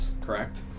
correct